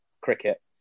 cricket